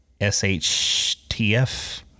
SHTF